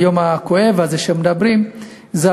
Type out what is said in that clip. ביום הכואב הזה שבו מדברים על הנושא,